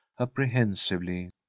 apprehensively